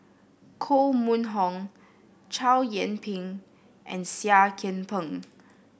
Koh Mun Hong Chow Yian Ping and Seah Kian Peng